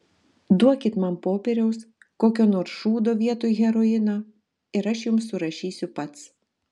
duokit man popieriaus kokio nors šūdo vietoj heroino ir aš jums surašysiu pats